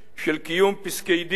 של קיום פסקי-דין,